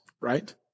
Right